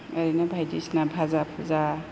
ओरैनो बायदिसिना भाजा भुजा